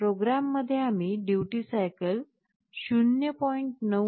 पहा प्रोग्राममध्ये आम्ही ड्युटी सायकल 0